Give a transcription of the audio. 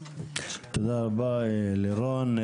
תודה רבה לירון.